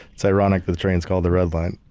it's ironic, the train's called the red line.